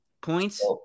points